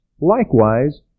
Likewise